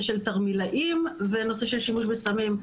של תרמילאים והנושא של שימוש בסמים.